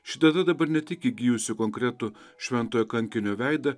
ši data dabar ne tik įgijusi konkretų šventojo kankinio veidą